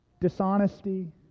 Dishonesty